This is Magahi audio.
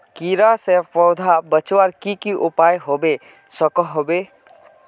कीड़ा से पौधा बचवार की की उपाय होबे सकोहो होबे?